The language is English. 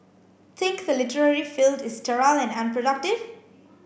think the literary field is sterile and productive